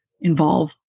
involve